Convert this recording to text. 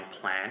plan